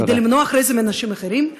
כדי למנוע אחרי זה מאנשים אחרים?